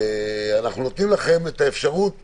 אנחנו נותנים לכם את האפשרות מעבר,